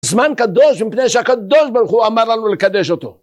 זמן קדוש, מפני שהקדוש ברוך הוא אמר לנו לקדש אותו.